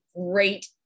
great